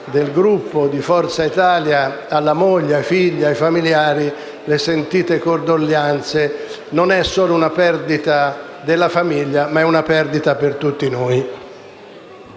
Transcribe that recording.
del Gruppo di Forza Italia, alla moglie, ai figli e ai familiari le nostre sentite condoglianze. Non è solo una perdita della famiglia, ma per tutti noi.